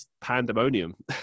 pandemonium